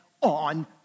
on